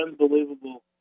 unbelievable